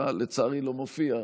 אתה לצערי לא מופיע.